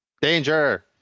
danger